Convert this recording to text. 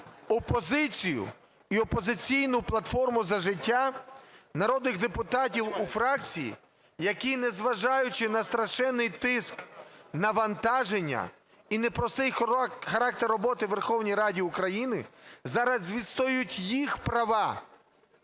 опозицію і "Опозиційну платформу – За життя", народних депутатів у фракції, які, незважаючи на страшенний тиск, навантаження і непростий характер роботи у Верховній Раді України, зараз відстоюють їх права,